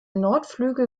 nordflügel